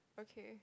okay